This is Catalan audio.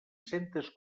centes